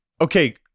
okay